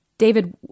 David